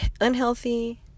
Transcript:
unhealthy